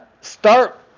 start